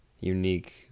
unique